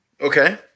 Okay